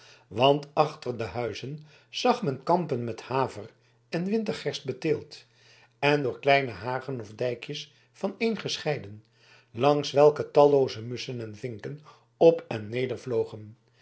want achter de huizen zag men kampen met haver en wintergerst beteeld en door kleine hagen of dijkjes vaneengescheiden langs welke tallooze musschen en vinken op en neder vlogen